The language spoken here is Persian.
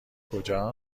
کجا